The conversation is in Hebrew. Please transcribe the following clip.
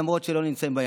למרות שהם לא נמצאים בים.